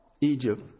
Egypt